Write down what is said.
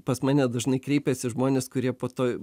pas mane dažnai kreipiasi žmonės kurie po to